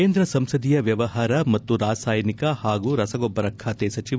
ಕೇಂದ ಸಂಸದೀಯ ವ್ಯವಹಾರ ಮತ್ತು ರಾಸಾಯನಿಕ ಹಾಗೂ ರಸಗೊಬ್ಬರ ಖಾತೆ ಸಚಿವ